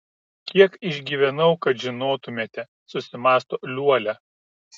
kiek išgyvenau kad žinotumėte susimąsto liuolia